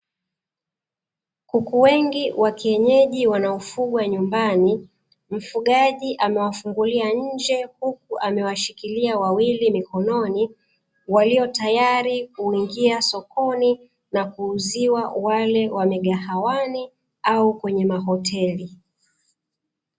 Kuku wengi wa kienyeji wanaofugwa nyumbani. Mfugaji amewafungulia nje huku amewashikilia wawili mkononi waliyotayari kuingia sokoni na kuuziwa wale wa migahawani au kwenye mahoteli.